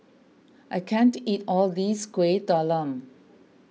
I can't eat all this Kuih Talam